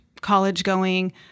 college-going